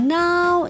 now